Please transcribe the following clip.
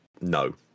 no